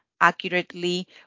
Accurately